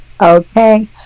Okay